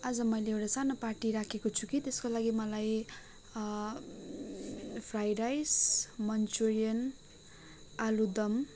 आज मैले एउटा सानो पार्टी राखेको छु कि त्यसको लागि मलाई फ्राइड राइस मन्चुरियन आलुदम